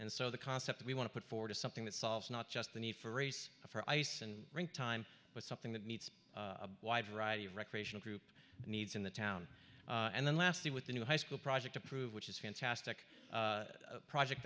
and so the concept we want to put forward is something that solves not just the need for a race for ice and time but something that meets a wide variety of recreational group needs in the town and then lastly with the new high school project approved which is fantastic a project